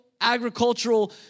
agricultural